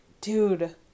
dude